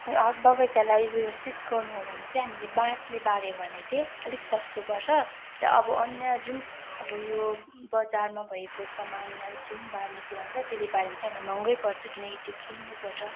आँप बगैँचालाई व्यवस्थित गर्नु हो भने चाहिँ हामीले बाँसले बार्यौँ भने चाहिँ अलिक सस्तो पर्छ र अब अन्य जुन अब यो बजारमा भएको सामान अब जुन बार्ने कुरा हुन्छ त्यसले बाऱ्यो भने चाहिँ हामीलाई महँगै पर्छ किनकि त्यो किन्नुपर्छ